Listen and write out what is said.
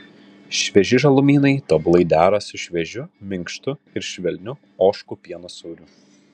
švieži žalumynai tobulai dera su šviežiu minkštu ir švelniu ožkų pieno sūriu